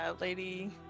lady